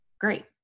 great